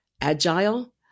agile